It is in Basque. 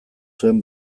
zuen